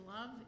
love